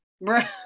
right